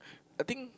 I think